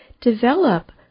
develop